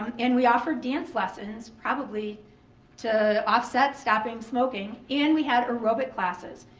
and we offered dance lessons, probably to offset stopping smoking, and we had aerobics classes.